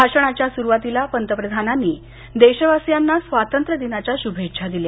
भाषणाच्या स्रुवातीला पंतप्रधानांनी देशवासियांना स्वातंत्र्यदिनाच्या शुभेच्छा दिल्या